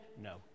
No